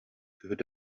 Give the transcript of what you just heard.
could